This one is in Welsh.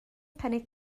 cynnig